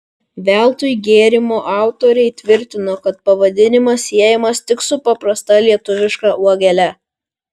veltui gėrimo autoriai tvirtino kad pavadinimas siejamas tik su paprasta lietuviška uogele